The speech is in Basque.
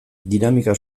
dinamika